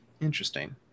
Interesting